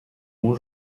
mon